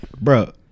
Bro